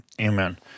Amen